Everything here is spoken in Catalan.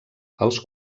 els